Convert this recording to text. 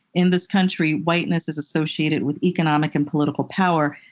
in this country, whiteness is associated with economic and political power,